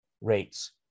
rates